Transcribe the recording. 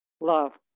love